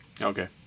Okay